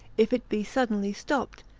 if it be suddenly stopped,